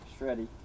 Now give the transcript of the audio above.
shreddy